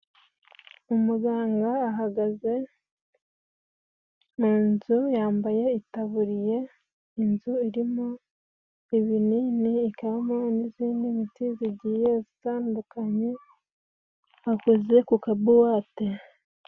Umuganga ahagaze mu nzu yambaye itaburiya, inzu irimo ibinini, igabamo n'izindi miti zigiye zitandukanye, akoze ku kabuwate.